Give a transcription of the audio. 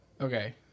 Okay